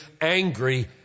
angry